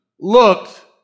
looked